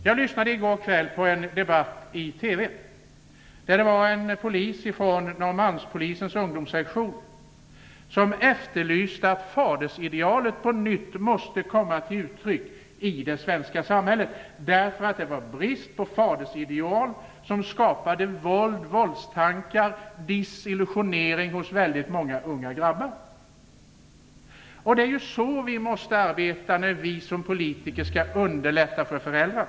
Jag lyssnade i går kväll på en debatt i TV där en polis från Norrmalmspolisens ungdomssektion menade att fadersidealet på nytt måste komma till uttryck i det svenska samhället. Det var brist på fadersideal som skapade våld och våldstankar och desillusionerade väldigt många unga grabbar. Det är så vi måste arbeta när vi som politiker skall underlätta för föräldrar.